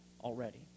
already